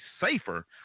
safer